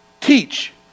teach